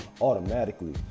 automatically